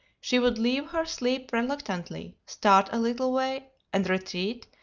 she would leave her sleep reluctantly, start a little way, and retreat,